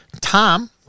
Tom